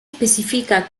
especifica